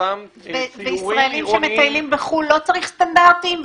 וישראלים שמטיילים בחו"ל לא צריך סטנדרטים?